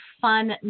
fun